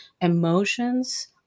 emotions